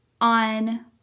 on